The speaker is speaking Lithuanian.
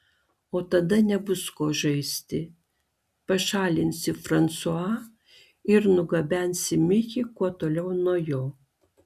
o tada nebus ko žaisti pašalinsi fransua ir nugabensi mikį kuo toliau nuo jo